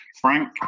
Frank